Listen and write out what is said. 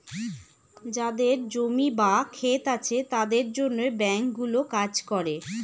যাদের জমি বা ক্ষেত আছে তাদের জন্য ব্যাঙ্কগুলো কাজ করে